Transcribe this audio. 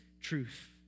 truth